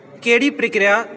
ਕਿਹੜੀ ਪ੍ਰਕਿਰਿਆ